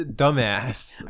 dumbass